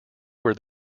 where